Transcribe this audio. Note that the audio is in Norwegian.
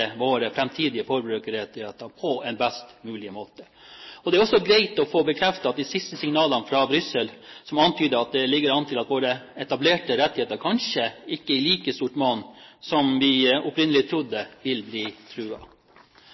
få bekreftet de siste signalene fra Brussel som antyder at det ligger an til at våre etablerte rettigheter kanskje ikke i like stort monn som vi opprinnelig trodde, vil bli